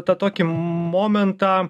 tą tokį momentą